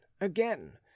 again